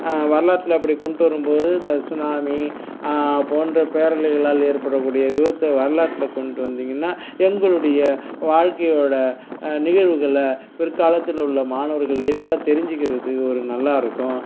வரலாற்றில் அப்படி கொண்டு வரும் போது இந்த சுனாமி போன்ற பேரலைகளால் ஏற்படக்கூடிய விபத்தை வரலாற்றில் கொண்டு வந்தீங்கன்னால் எங்களுடைய வாழ்க்கையோட நிகழ்வுகளை பிற்காலத்தில் உள்ள மாணவர்கள் எளிதாக தெரிஞ்சுக்கிறதுக்கு ஒரு நல்லா இருக்கும்